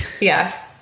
yes